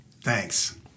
Thanks